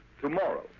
tomorrow